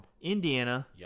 Indiana